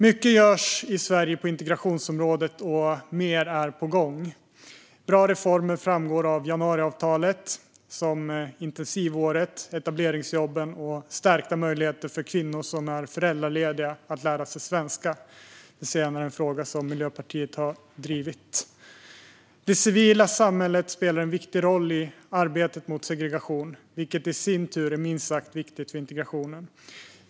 Mycket görs i Sverige på integrationsområdet, och mer är på gång. Bra reformer som framgår av januariavtalet är bland annat intensivåret, etableringsjobben och stärkta möjligheter för kvinnor som är föräldralediga att lära sig svenska - det senare en fråga som Miljöpartiet har drivit. Det civila samhället spelar en viktig roll i arbetet mot segregation, vilket i sin tur är minst sagt viktigt för integrationen.